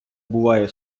буває